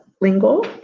Lingle